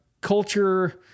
culture